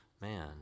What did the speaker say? man